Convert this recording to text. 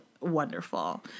wonderful